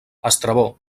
estrabó